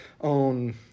own